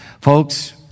Folks